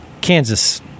Kansas